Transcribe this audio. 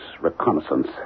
Reconnaissance